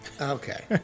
Okay